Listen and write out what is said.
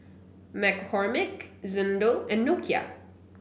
McCormick Xndo and Nokia